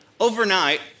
Overnight